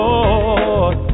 Lord